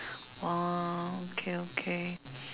orh okay okay